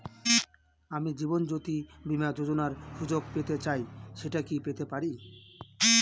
আমি জীবনয্যোতি বীমা যোযোনার সুযোগ পেতে চাই সেটা কি পেতে পারি?